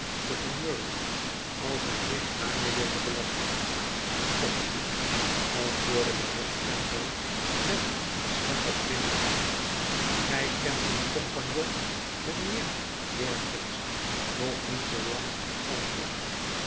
te vermurwen als hij zich daarmee wilde belasten copperfield antwoordde mijnheer spenlow met een schrander glimlachje gij kent mijn compagnon mijnheer jorkins nog niet zoolang als ik